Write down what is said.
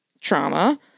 trauma